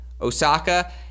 Osaka